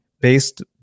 based